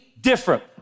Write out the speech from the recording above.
different